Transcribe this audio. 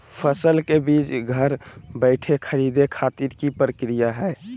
फसल के बीज घर बैठे खरीदे खातिर की प्रक्रिया हय?